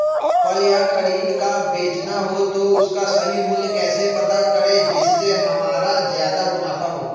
फल का खरीद का बेचना हो तो उसका सही मूल्य कैसे पता करें जिससे हमारा ज्याद मुनाफा हो?